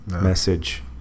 message